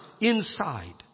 Inside